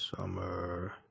summer